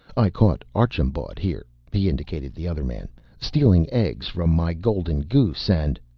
i caught archambaud here, he indicated the other man stealing eggs from my golden goose. and.